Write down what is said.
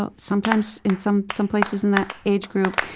ah sometimes, in some some places in that age group,